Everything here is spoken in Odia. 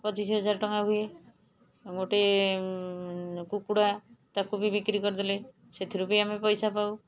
ପଚିଶ ହଜାର ଟଙ୍କା ହୁଏ ଗୋଟେ କୁକୁଡ଼ା ତାକୁ ବି ବିକ୍ରି କରିଦେଲେ ସେଥିରୁ ବି ଆମେ ପଇସା ପାଉ